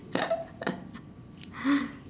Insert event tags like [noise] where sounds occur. [laughs]